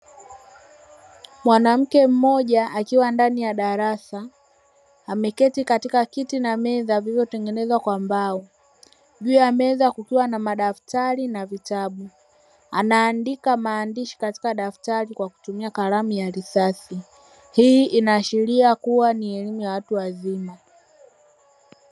Mwanamke mmoja akiwa ndani ya darasa ameketi katika kiti na meza vilivyotengenezwa kwa mbao, juu ya meza kukiwa na madaftari na vitabu. Anaandika maandishi katika daftari kwa kutumia kalamu ya risasi. Hii inaashiria kuwa ni elimu ya watu wazima.